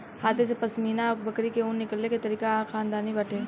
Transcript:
हाथे से पश्मीना बकरी से ऊन निकले के तरीका खानदानी बाटे